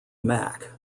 mac